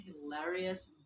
hilarious